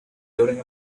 during